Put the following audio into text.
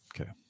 Okay